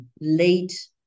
late